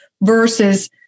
versus